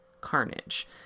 Carnage